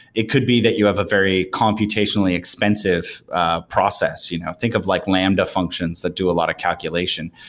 it could be that you have a very computationally expensive ah process. you know think of like lambda functions that do a lot of calculation.